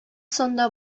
санда